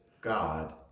God